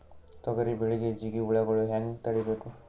ತೊಗರಿ ಬೆಳೆಗೆ ಜಿಗಿ ಹುಳುಗಳು ಹ್ಯಾಂಗ್ ತಡೀಬೇಕು?